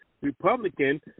Republican